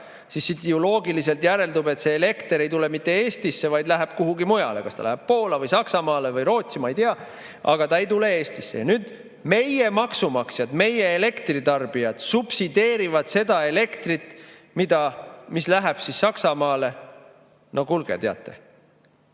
ära, siis loogiliselt ju järeldub, et elekter ei tule mitte Eestisse, vaid läheb kuhugi mujale. Kas ta läheb Poola või Saksamaale või Rootsi, ma ei tea, aga ta ei tule Eestisse. Ja nüüd meie maksumaksjad, meie elektritarbijad subsideerivad seda elektrit, mis läheb Saksamaale. No kuulge, teate!